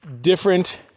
...different